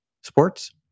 sports